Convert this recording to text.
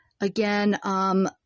Again